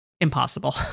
impossible